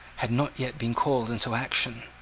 had not yet been called into action.